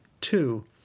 Two